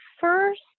first